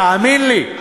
תאמין לי,